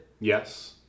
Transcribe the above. Yes